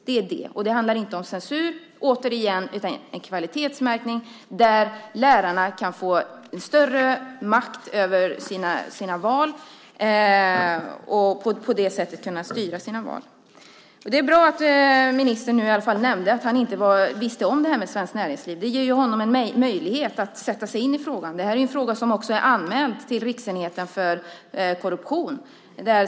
Och det handlar, återigen, inte om censur utan om en kvalitetsmärkning, så att lärarna kan få en större makt över sina val och på det sättet kunna styra sina val. Det är bra att ministern nu nämnde att han inte visste om detta med Svenskt Näringsliv. Det ger honom en möjlighet att sätta sig in i frågan.